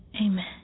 Amen